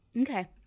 Okay